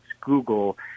Google